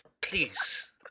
Please